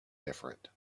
different